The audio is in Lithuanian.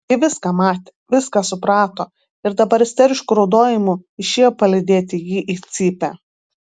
ji viską matė viską suprato ir dabar isterišku raudojimu išėjo palydėti jį į cypę